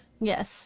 Yes